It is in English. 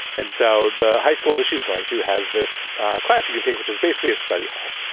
and so the high school that she's going to has this class you can take, which is basically a study hall.